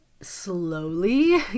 slowly